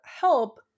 help